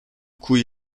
cui